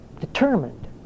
Determined